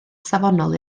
safonol